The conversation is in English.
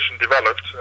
developed